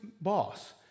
boss